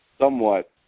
somewhat